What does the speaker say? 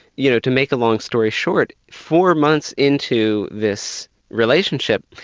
you know to make a long story short, four months into this relationship,